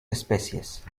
especies